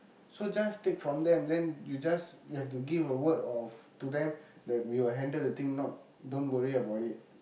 so just take from them then you just we have to give a word of to them we will handle the thing not don't worry about it